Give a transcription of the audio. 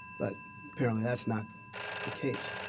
but apparently that's not the case.